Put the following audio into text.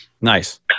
Nice